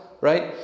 right